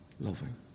loving